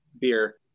beer